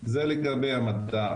זה לגבי המדע.